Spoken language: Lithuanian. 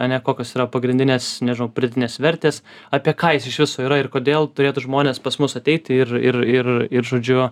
ane kokios yra pagrindinės nežinau pridėtinės vertės apie ką jis iš viso yra ir kodėl turėtų žmonės pas mus ateiti ir ir ir ir žodžiu